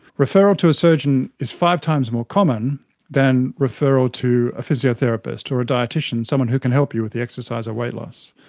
referral to a surgeon is five times more common than referral to a physiotherapist or a dietician, someone who can help you with the exercise or weight loss.